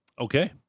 Okay